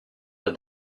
her